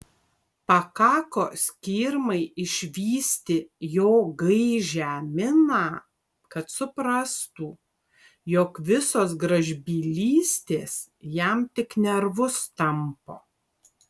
pakako skirmai išvysti jo gaižią miną kad suprastų jog visos gražbylystės jam tik nervus tampo